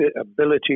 ability